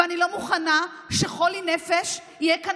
ואני לא מוכנה ש"חולה נפש" יהיה כאן